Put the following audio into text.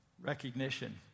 recognition